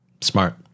smart